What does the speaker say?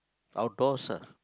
outdoors ah